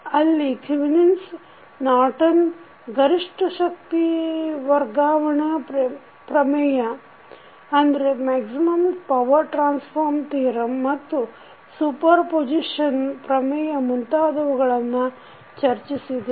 ಅಲ್ಲಿ Thevenin's Thevenin's Norton Norton's ಗರಿಷ್ಠ ಶಕ್ತಿ ವರ್ಗಾವಣೆ ಪ್ರಮೇಯ ಮತ್ತು ಸುಪರ್ ಪೊಜಿಷನ್ ಪ್ರಮೇಯ ಮುಂತಾದವುಗಳನ್ನು ಚರ್ಚಿಸಿದೆವು